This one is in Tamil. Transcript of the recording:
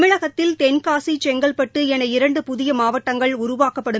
தமிழகத்தில் தென்காசி செங்கல்பட்டு என இரண்டு புதிய மாவட்டங்கள் உருவாக்கப்படும்